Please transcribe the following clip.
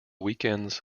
weekends